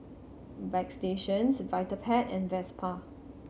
Bagstationz Vitapet and Vespa